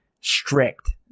strict